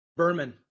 Berman